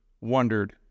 wondered